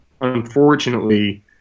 unfortunately